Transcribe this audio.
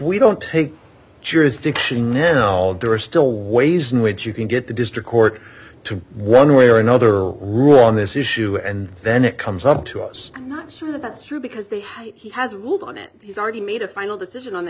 we don't take jurisdiction no there are still ways in which you can get the district court to one way or another on this issue and then it comes up to us i'm not sure that's true because they have he has ruled on it he's already made a final decision on